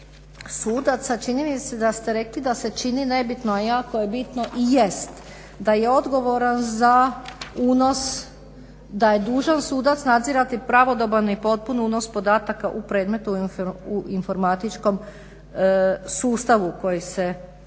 sudaca, čini mi se da ste rekli da se čini nebitno a jako je bitno i jest, da je odgovoran za unos, da je dužan sudaca nadzirati pravodoban i potpun unos podataka u predmetu u informatičkom sustavu koji se